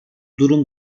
durum